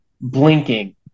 blinking